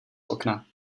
okna